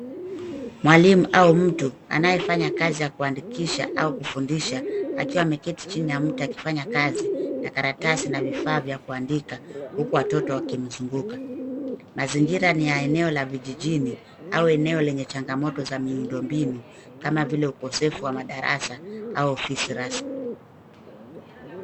Mwalimu au mtu anaye fanya kazi ya kuandikisha au kufundisha akiwa ameketi chini ya mti akifanya kazi ,na karatasi na vifaa vya kuandika huku watoto wakimzunguka. Mazingira ni ya eneo la vijijini, au eneo lenye changamoto za miundo mbinu kama vile ukosefu wa madarasa au ofisi rasmi.